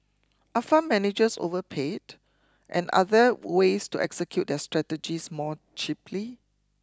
are fund managers overpaid and are there ways to execute their strategies more cheaply